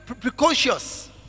precocious